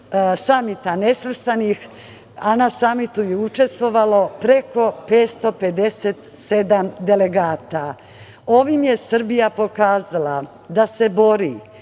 Samita nesvrstanih, a na samitu je učestvovalo preko 557 delegata. Ovim je Srbija pokazala da se bori